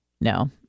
No